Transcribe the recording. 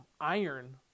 Iron